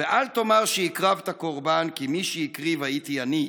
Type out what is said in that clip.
ואל תאמר שהקרבת קורבן, / כי מי שהקריב הייתי אני,